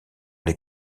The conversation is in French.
les